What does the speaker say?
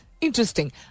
Interesting